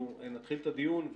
אנחנו נתחיל את הדיון.